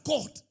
God